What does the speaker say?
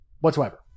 whatsoever